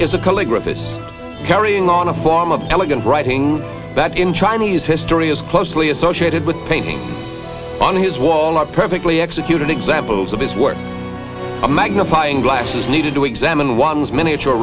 calligraphy carrying on a form of elegant writing that in chinese history is closely associated with painting on his wall are perfectly executed examples of his work a magnifying glasses needed to examine one's miniature